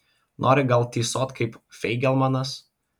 nori gal tysot kaip feigelmanas